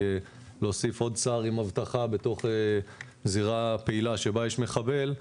להוסיף עוד שר עם אבטחה בתוך זירה פעילה שבה יש מחבל,